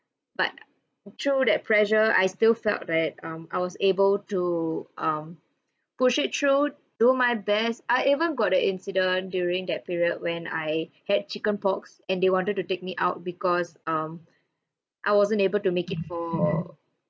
but through that pressure I still felt that um I was able to um push it through do my best I even got an incident during that period when I had chicken pox and they wanted to take me out because um I wasn't able to make it for